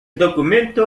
documento